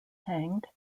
hanged